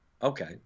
Okay